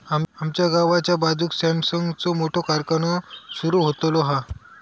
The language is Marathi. आमच्या गावाच्या बाजूक सॅमसंगचो मोठो कारखानो सुरु होतलो हा